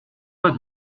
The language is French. pas